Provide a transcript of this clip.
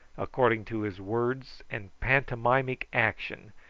according to his words and pantomimic action,